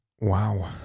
Wow